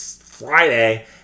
Friday